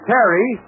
Terry